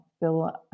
Bill